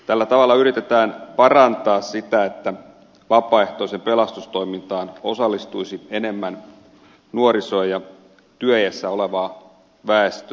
tällä tavalla yritetään parantaa sitä että vapaaehtoiseen pelastustoimintaan osallistuisi enemmän nuorisoa ja työiässä olevaa väestöä